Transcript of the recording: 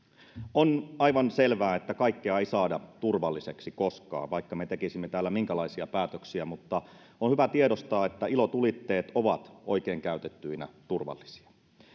on aivan selvää että kaikkea ei saada turvalliseksi koskaan vaikka me tekisimme täällä minkälaisia päätöksiä mutta on hyvä tiedostaa että ilotulitteet ovat oikein käytettyinä turvallisia